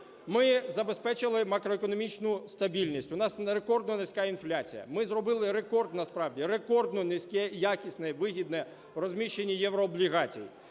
Ми забезпечили макроекономічну стабільність. У нас рекордно низька інфляція Ми зробили рекорд насправді, рекордно низьке якісне і вигідне розміщення єврооблігацій.